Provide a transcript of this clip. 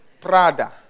Prada